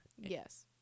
Yes